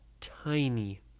tiny